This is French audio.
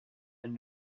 elle